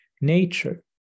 nature